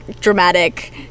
dramatic